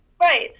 Right